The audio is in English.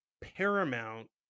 Paramount